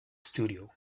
studio